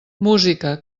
música